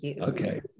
Okay